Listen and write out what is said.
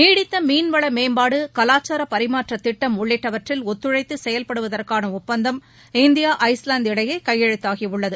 நீடித்த மீன்வள மேம்பாடு கலாச்சார பரிமாற்றத் திட்டம் உள்ளிட்டவற்றில் ஒத்துழைத்து செயல்படுவதற்கான ஒப்பந்தம் இந்தியா ஐஸ்லாந்து இடையே கையெழுத்தாகியுள்ளது